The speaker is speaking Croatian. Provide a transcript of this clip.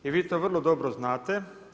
I vi to vrlo dobro znate.